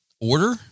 order